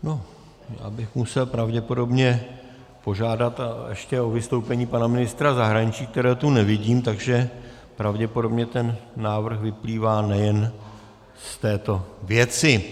No, já bych musel pravděpodobně požádat ještě o vystoupení pana ministra zahraničí, kterého tu nevidím, takže pravděpodobně ten návrh vyplývá nejen z této věci.